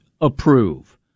approve